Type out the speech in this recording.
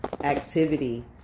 activity